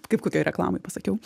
kaip kokioj reklamoj pasakiau